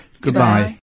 Goodbye